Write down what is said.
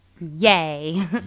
Yay